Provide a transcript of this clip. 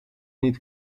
niet